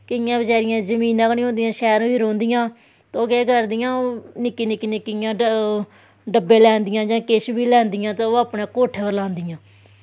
केईयैं बचैरियां जमीनां गै निं होंदियां शैह्रैं च रौंह्दियां ते ओह् केह् करदियां निक्की निक्की निक्की इ'यां डब्बे लैंदियां जा किश बी लैंदियां ते ओह् अपनै कोट्ठै पर लैंदियां